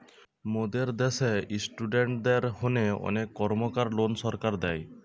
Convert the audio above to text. মোদের দ্যাশে ইস্টুডেন্টদের হোনে অনেক কর্মকার লোন সরকার দেয়